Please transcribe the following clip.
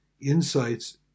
insights